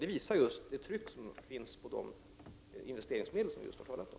Det visar trycket på de investeringsmedel som vi just har talat om.